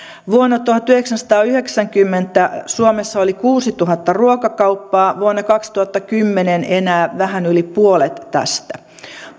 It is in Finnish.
vuonna tuhatyhdeksänsataayhdeksänkymmentä suomessa oli kuusituhatta ruokakauppaa vuonna kaksituhattakymmenen enää vähän yli puolet tästä